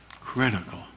critical